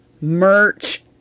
merch